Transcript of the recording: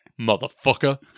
Motherfucker